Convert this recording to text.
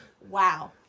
Wow